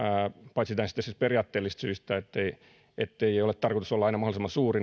paitsi siis näistä periaatteellisista syistä ettei ole tarkoitus olla aina mahdollisimman suuri